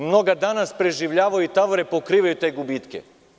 Mnoga danas preživljavaju i tavore i pokrivaju te gubitke.